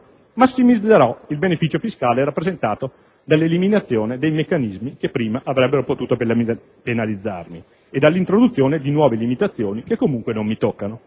massimizzerò il beneficio fiscale rappresentato dall'eliminazione dei meccanismi che prima avrebbero potuto penalizzarmi e dall'introduzione di nuove limitazioni che comunque non mi toccano